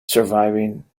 surviving